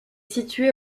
située